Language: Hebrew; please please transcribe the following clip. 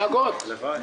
התחייבתם כבר על הסכומים?